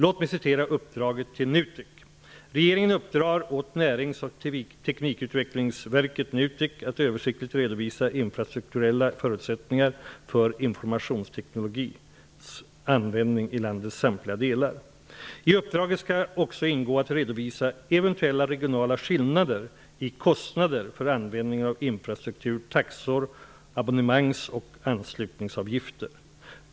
Låt mig citera uppdraget till NUTEK: Regeringen uppdrar åt Närings och teknikutvecklingsverket att översiktligt redovisa infrastrukturella förutsättningar för informationsteknologianvändning i landets samtliga delar. I uppdraget skall också ingå att redovisa eventuella regionala skillnader i kostnader för användningen av infrastruktur, taxor, abonnemangs och anslutningsavgifter.